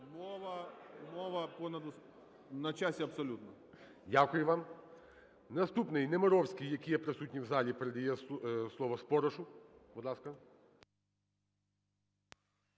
мова – понад усе. На часі, абсолютно. ГОЛОВУЮЧИЙ. Дякую вам. Наступний, Немировський, який є присутній в залі, передає слово Споришу. Будь ласка.